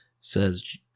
Says